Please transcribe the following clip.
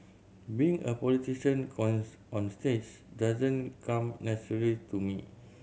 being a politician cons onstage doesn't come naturally to me